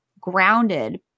grounded